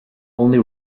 only